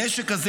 הנשק הזה,